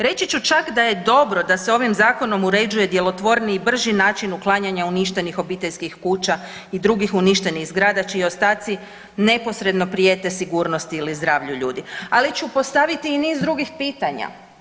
Reći ću čak da je dobro da se ovim Zakonom uređuje djelotvorniji i bržiji način uklanjanja uništenih obiteljskih kuća i drugih uništenih zgrada čiji ostaci neposredno prijete sigurnosti ili zdravlju ljudi, ali ću postaviti i niz drugih pitanja.